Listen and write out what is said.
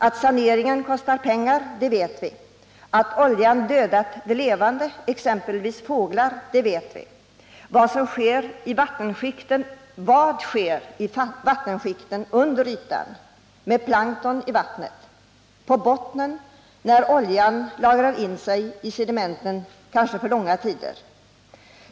Att saneringen kostar pengar vet vi, att oljan dödat det levande, exempelvis fåglar, vet vi. Men vad sker i vattenskikten under ytan? Vad sker med plankton i vattnet och vad sker på bottnen, när oljan lagrar in sig i sedimenten, kanske för långa tider?